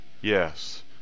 Yes